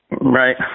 Right